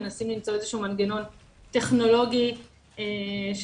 מנסים למצוא איזשהו מנגנון טכנולוגי שיאפשר